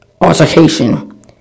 Altercation